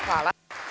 Hvala.